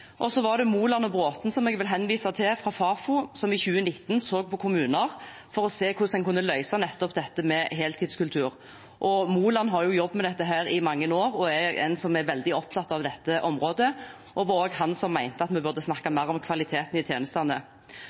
Moland og Bråthen fra Fafo, som i 2019 så på kommuner for å se hvordan en kunne løse nettopp dette med heltidskultur. Moland har jobbet med dette i mange år og er veldig opptatt av dette området. Det var også han som mente at vi burde snakke mer om kvaliteten i tjenestene.